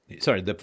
sorry